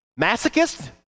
masochist